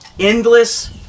endless